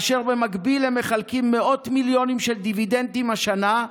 ובמקביל הם מחלקים מאות מיליונים של דיבידנדים השנה.